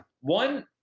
one